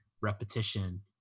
repetition